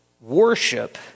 worship